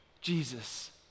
Jesus